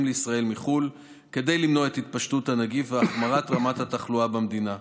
לישראל מחו"ל כדי למנוע את התפשטות הנגיף והחמרת רמת התחלואה במדינה.